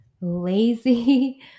lazy